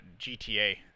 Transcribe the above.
GTA